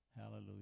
Hallelujah